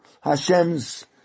Hashem's